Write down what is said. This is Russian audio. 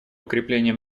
укрепления